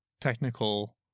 technical